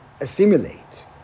assimilate